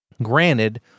Granted